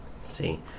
see